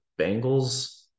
Bengals